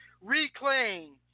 Reclaim